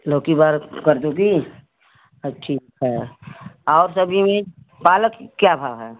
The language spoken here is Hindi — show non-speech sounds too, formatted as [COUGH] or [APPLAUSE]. लौकी [UNINTELLIGIBLE] कर दोगी तब ठीक है और सब्जी में पालक क्या भाव है